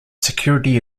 security